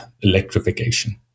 electrification